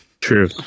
True